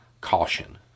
Caution